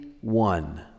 one